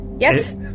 Yes